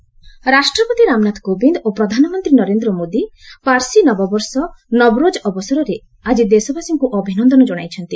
ପ୍ରେଜ୍ ପିଏମ୍ ନବରୋଜ୍ ରାଷ୍ଟ୍ରପତି ରାମନାଥ କୋବିନ୍ଦ ଓ ପ୍ରଧାନମନ୍ତ୍ରୀ ନରେନ୍ଦ୍ର ମୋଦି ପାର୍ସୀ ନବବର୍ଷ ନବରୋଜ୍ ଅବସରରେ ଆଜି ଦେଶବାସୀଙ୍କୁ ଅଭିନନ୍ଦନ ଜଣାଇଛନ୍ତି